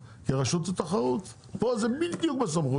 זה בדיוק התפקיד של רשות התחרות.